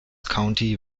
county